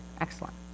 excellent